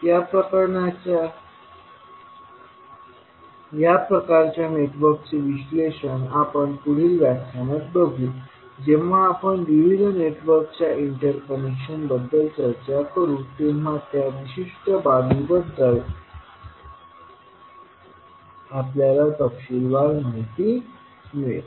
या प्रकारच्या नेटवर्कचे विश्लेषण आपण पुढील व्याख्यान बघू जेव्हा आपण विविध नेटवर्कच्या इंटरकनेक्शन बद्दल चर्चा करू तेव्हा त्या विशिष्ट बाबीबद्दल आपल्याला तपशीलवार माहिती मिळेल